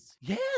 Yes